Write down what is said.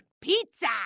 Pizza